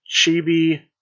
Chibi